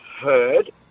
heard